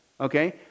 Okay